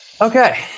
Okay